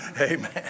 amen